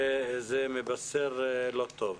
זה מבשר לא טוב.